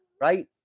right